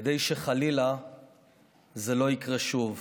כדי שחלילה זה לא יקרה שוב.